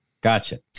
gotcha